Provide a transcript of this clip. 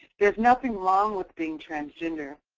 there's nothing wrong with being transgender.